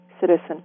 citizen